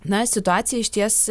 na situacija išties